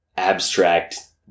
abstract